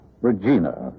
Regina